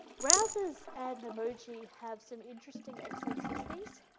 browsers and emoji have some interesting eccentricities.